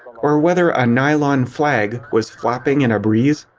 or whether a nylon flag was flapping in a breeze?